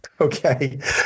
Okay